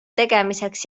tegemiseks